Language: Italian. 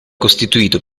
costituito